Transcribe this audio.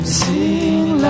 sing